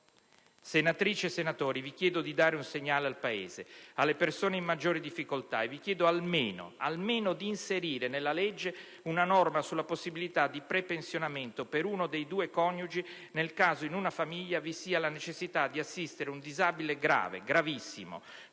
Senatrici e senatori, vi chiedo di dare un segnale al Paese, alle persone in maggiore difficoltà e almeno di inserire nella legge una norma sulla possibilità di prepensionamento per uno dei due coniugi nel caso in una famiglia vi sia la necessità di assistere un disabile grave o gravissimo,